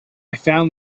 found